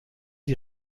die